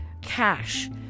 cash